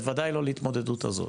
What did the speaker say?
בוודאי לא להתמודדות הזו.